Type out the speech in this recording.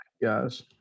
yes